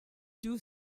two